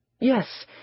Yes